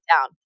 down